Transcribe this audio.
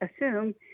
assume –